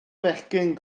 fechgyn